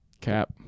Cap